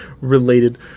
related